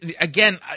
again